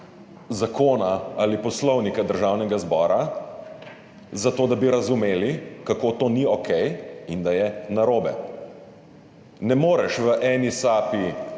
zakona ali Poslovnika Državnega zbora za to, da bi razumeli, kako to ni okej in da je narobe. Ne moreš v eni sapi